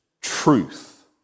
truth